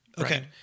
Okay